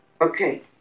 Okay